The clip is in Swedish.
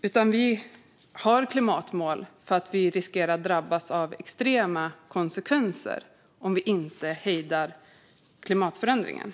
Vi har klimatmål för att vi riskerar att drabbas av extrema konsekvenser om vi inte hejdar klimatförändringen.